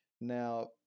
Now